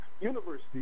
university